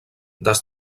des